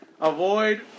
avoid